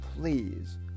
please